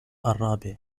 الرابع